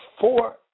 four